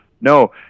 no